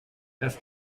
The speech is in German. das